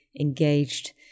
engaged